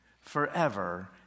forever